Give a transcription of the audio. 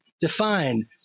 define